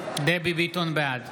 ביטון, בעד